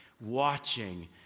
watching